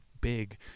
big